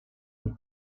and